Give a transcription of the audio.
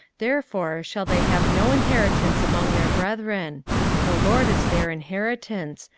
therefore shall they have no inheritance among their brethren the lord is their inheritance,